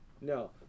No